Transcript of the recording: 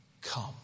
come